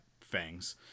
fangs